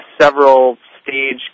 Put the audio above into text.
several-stage